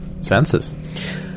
senses